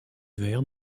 vert